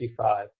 1955